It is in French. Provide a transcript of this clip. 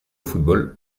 football